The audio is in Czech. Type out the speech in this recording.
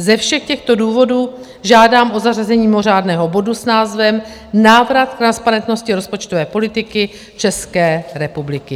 Ze všech těchto důvodů žádám o zařazení mimořádného bodu s názvem Návrat transparentnosti rozpočtové politiky České republiky.